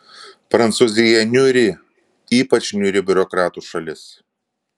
prancūzija niūri ypač niūri biurokratų šalis